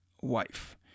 wife